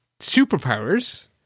superpowers